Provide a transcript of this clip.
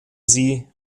sie